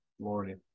Morning